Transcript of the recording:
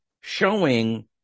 showing